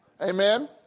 Amen